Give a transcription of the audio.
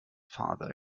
father